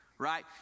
Right